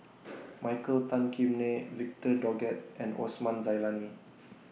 Michael Tan Kim Nei Victor Doggett and Osman Zailani